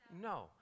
No